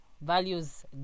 Values